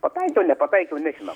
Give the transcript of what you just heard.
pataikiau nepataikiau nežinau